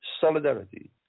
solidarity